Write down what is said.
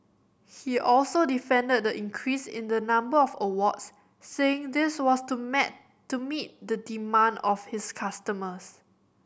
he also defended the increase in the number of awards saying this was to met to meet the demand of his customers